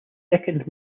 second